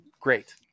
Great